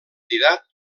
candidat